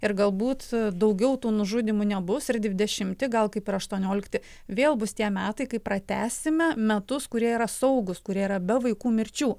ir galbūt daugiau tų nužudymų nebus ir dvidešimti gal kaip ir aštuoniolikti vėl bus tie metai kai pratęsime metus kurie yra saugūs kurie yra be vaikų mirčių